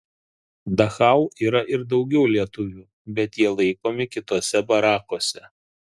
dachau yra ir daugiau lietuvių bet jie laikomi kituose barakuose